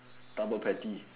double patty